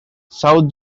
south